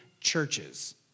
churches